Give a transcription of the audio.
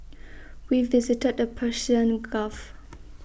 we visited the Persian Gulf